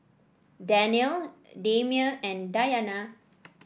Danial Damia and Dayana